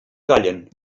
callen